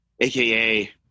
aka